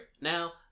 Now